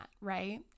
right